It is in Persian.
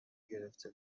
گرفته